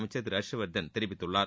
அமைச்சர் திரு ஹர்ஷ் வர்தன் தெரிவித்துள்ளார்